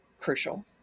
crucial